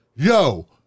Yo